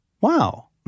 wow